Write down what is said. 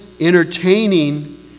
Entertaining